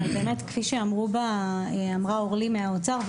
אבל באמת כפי שאמרה אורלי מהאוצר,